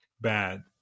bad